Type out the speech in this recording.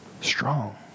strong